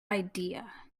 idea